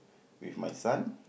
with my son